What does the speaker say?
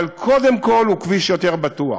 אבל קודם כול הוא כביש יותר בטוח,